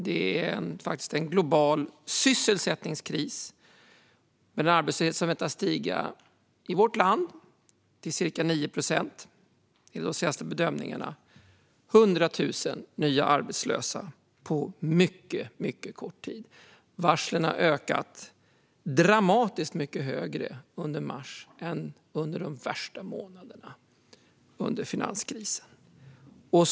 Det är faktiskt en global sysselsättningskris med en arbetslöshet som enligt de senaste bedömningarna väntas stiga till ca 9 procent i vårt land. Det är 100 000 nya arbetslösa på mycket kort tid. Varslen har ökat dramatiskt under mars, mer än under finanskrisens värsta månader.